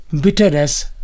bitterness